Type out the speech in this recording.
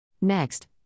Next